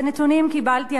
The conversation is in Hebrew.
את הנתונים קיבלתי,